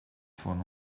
von